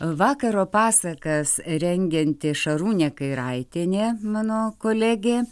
vakaro pasakas rengianti šarūnė kairaitienė mano kolegė